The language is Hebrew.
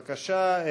בבקשה.